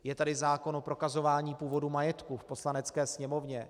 Je tady zákon o prokazování původu majetku v Poslanecké sněmovně.